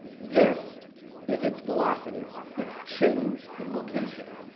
this is its velocity. its change in location.